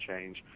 change